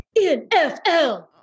NFL